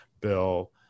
bill